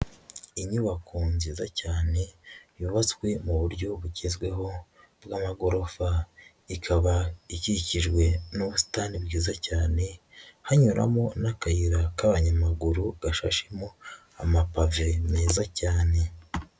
Inyubako nziza cyane yubatswe mu buryo bugezweho bw'amagorofa, ikaba ikikijwe n'ubusitani bwiza cyane, hanyuramo n'akayira k'abanyamaguru gashashemo amapave meza cyane.